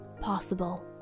possible